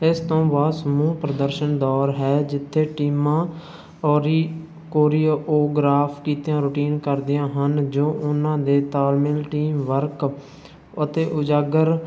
ਇਸ ਤੋਂ ਬਹੁਤ ਸਮੂਹ ਪ੍ਰਦਰਸ਼ਨ ਦੌਰ ਹੈ ਜਿੱਥੇ ਟੀਮਾਂ ਔਰੀ ਕੋਰੀਓਗਰਾਫ ਕੀਤਿਆਂ ਰੂਟੀਨ ਕਰਦੀਆਂ ਹਨ ਜੋ ਉਹਨਾਂ ਦੇ ਤਾਲਮੇਲ ਟੀਮਵਰਕ ਅਤੇ ਉਜਾਗਰ